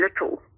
little